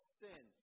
sin